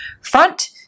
front